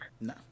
No